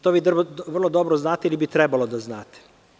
To vi vrlo dobro znate, ili bi trebalo da znate.